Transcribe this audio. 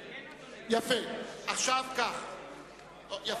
כן, אדוני.